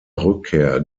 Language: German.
rückkehr